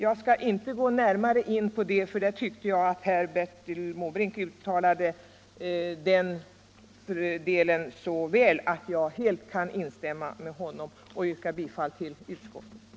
Jag skall inte gå närmare in på denna del av frågan, för det tyckte jag att Bertil Måbrink utvecklade så väl att jag helt kan instämma med honom, och jag yrkar bifall till utskottets hemställan.